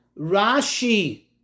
Rashi